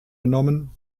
genommen